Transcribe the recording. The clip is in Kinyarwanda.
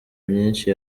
myinshi